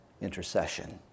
intercession